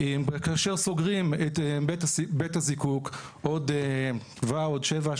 כאשר סוגרים את בית הזיקוק עוד שבע,